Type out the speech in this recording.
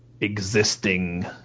existing